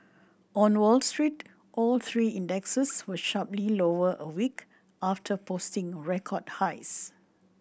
on Wall Street all three indexes were sharply lower a week after posting record highs